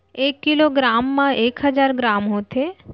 एक kilo gram मा एक हजार ग्राम होथे